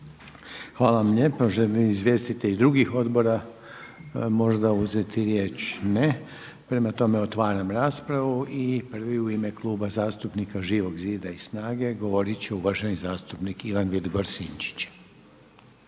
Hvala lijepa. Žele li izvjestitelji drugih odbora možda uzeti riječ? Ne. Prema tome, otvaram raspravu. I prvi u ime Kluba zastupnika Živog zida i SNAGA govorit će uvaženi zastupnik Ivan Vilibor Sinčić.